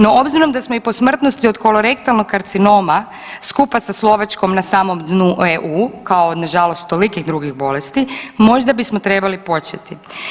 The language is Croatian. No, obzirom da smo i po smrtnosti od kolorektalnog karcinoma skupa sa Slovačkom na samom dnu EU kao nažalost tolikih drugih bolesti možda bismo trebali početi.